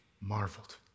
marveled